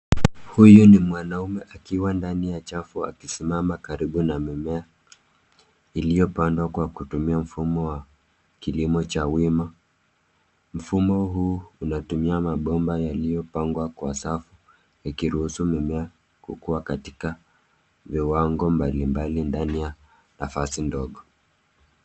Huyu ni mwanaume akiwa ndani ya chafu akisimama karibu na mimea iliyopandamwa kwa kutumia mfumo wa kilimo cha wima. Mfumo huu unatumia mabomba yaliyopangwa kwa safu ikiruhusu mimea kukua katika viwango mbalimbali ndani ya nafasi ndogo.